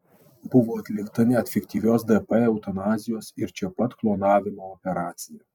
buvo atlikta net fiktyvios dp eutanazijos ir čia pat klonavimo operacija